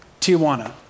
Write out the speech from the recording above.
Tijuana